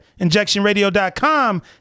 Injectionradio.com